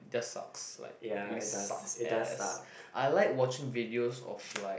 just sucks like really sucks as I like watching videos of like